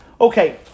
Okay